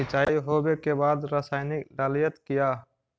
सीचाई हो बे के बाद रसायनिक डालयत किया?